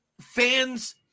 fans